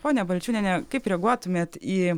ponia balčiūniene kaip reaguotumėt į